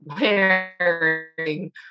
wearing